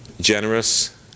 Generous